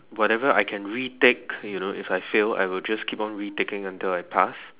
whatever I can retake you know if I fail I will just keep on retaking until I pass